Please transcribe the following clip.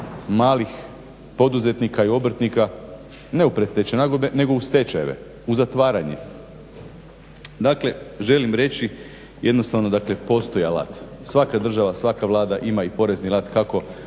malih poduzetnika i obrtnika ne u predstečajne nagodbe nego u stečajeve, u zatvaranje? Dakle, želim reći jednostavno dakle postoji alat. Svaka država, svaka Vlada ima i porezni alat kako